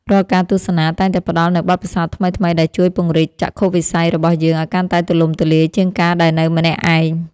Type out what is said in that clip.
រាល់ការទស្សនាតែងតែផ្ដល់នូវបទពិសោធន៍ថ្មីៗដែលជួយពង្រីកចក្ខុវិស័យរបស់យើងឱ្យកាន់តែទូលំទូលាយជាងការដែលនៅម្នាក់ឯង។